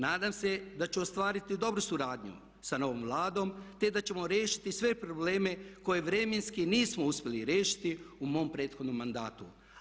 Nadam se da ću ostvariti dobru suradnju sa novom Vladom te da ćemo riješiti sve probleme koje vremenski nismo uspjeli riješiti u mom prethodnom mandatu.